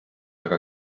aga